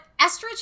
estrogen